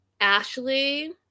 Ashley